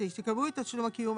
כשייקבעו את תשלום הקיום,